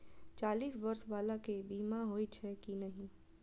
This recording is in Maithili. चालीस बर्ष बाला के बीमा होई छै कि नहिं?